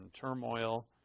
turmoil